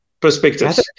perspectives